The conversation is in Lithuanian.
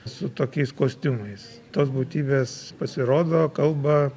su tokiais kostiumais tos būtybės pasirodo kalba